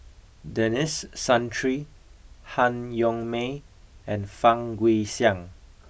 Denis Santry Han Yong May and Fang Guixiang